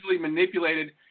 manipulated